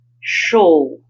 show